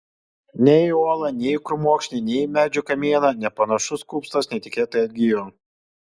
nei į uolą nei į krūmokšnį nei į medžio kamieną nepanašus kupstas netikėtai atgijo